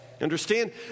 understand